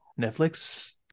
Netflix